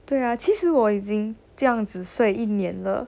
mm 对啊其实我已经这样子睡一年了